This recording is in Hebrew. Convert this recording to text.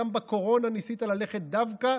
גם בקורונה ניסית ללכת דווקא,